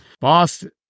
Boston